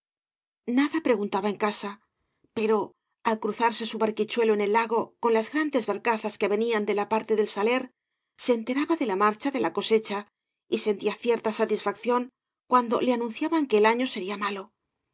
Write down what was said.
nada preguntaba en casa pero al cruzarse su barquichuelo en el lago con las grandes barcazas que venían de la parte del saler se enteraba de la marcha de la cosecha y sentía cierta satisfacción cuando le anunciaban que el año sería malo